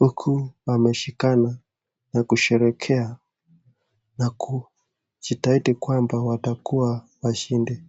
uku wameshikana na kusherehekea na kujitahidi kwamba watakuwa washindi.